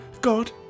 God